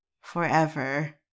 forever